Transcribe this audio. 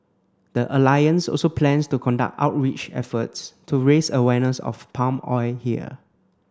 the alliance also plans to conduct outreach efforts to raise awareness of palm oil here